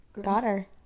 daughter